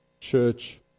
church